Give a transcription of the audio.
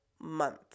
month